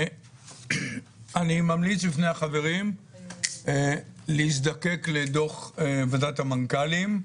אני ממליץ בפני החברים להזדקק לדוח ועדת המנכ"לים,